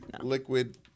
liquid